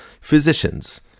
physicians